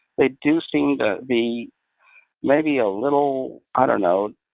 they do seem to be maybe a little, i don't know,